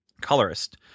Colorist